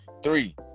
Three